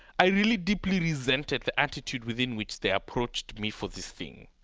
i really deeply resented the attitude within which they approached me for this thing,